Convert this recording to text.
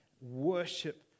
worship